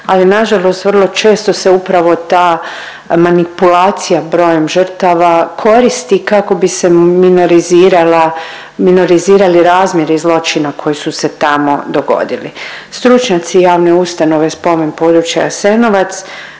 ali nažalost vrlo često se upravo ta manipulacija brojem žrtava koristi kako bi se minorizirala, minorizirali razmjeri zločina koji su se tamo dogodili. Stručnjaci Javne ustanove Spomen područja Jasenovac